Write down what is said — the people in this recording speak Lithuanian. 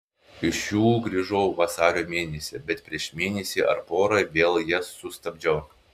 iš jų grįžau vasario mėnesį bet prieš mėnesį ar porą vėl jas sustabdžiau